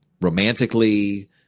romantically